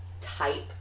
type